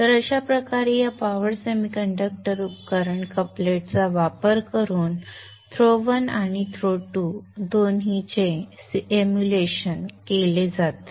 तर अशा प्रकारे या पॉवर सेमीकंडक्टर उपकरण कपलेट चा वापर करून थ्रो 1 आणि थ्रो 2 दोन्हीचे अनुकरण केले जाते